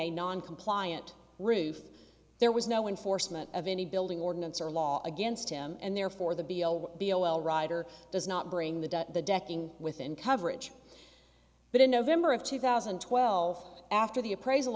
a non compliant roof there was no enforcement of any building ordinance or law against him and therefore the b o b o l rider does not bring the decking within coverage but in november of two thousand and twelve after the appraisal